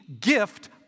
gift